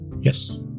Yes